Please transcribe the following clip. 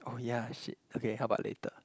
oh ya shit okay how about later